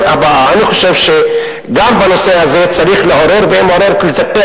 אני חושב שגם בנושא הזה צריך לעורר ולטפל.